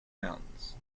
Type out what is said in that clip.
mountains